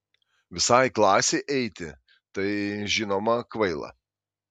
visai klasei eiti tai žinoma kvaila